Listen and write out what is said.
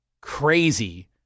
crazy